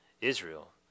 Israel